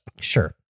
sure